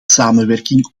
samenwerking